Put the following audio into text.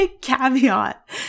caveat